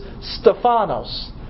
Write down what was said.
Stephanos